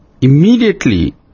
Immediately